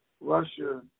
Russia